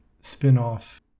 spin-off